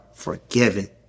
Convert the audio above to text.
Forgiven